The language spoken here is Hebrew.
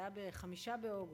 זה היה ב-5 באוגוסט,